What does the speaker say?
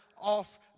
off